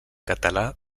català